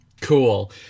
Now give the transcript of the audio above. Cool